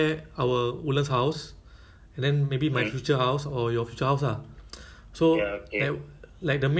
they stay no they stay there but then means then few days can stay